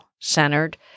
centered